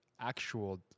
actual